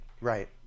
Right